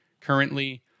currently